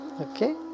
Okay